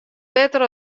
better